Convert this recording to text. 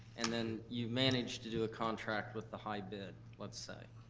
and then you managed to do a contract with the high bid, let's say,